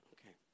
Okay